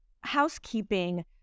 housekeeping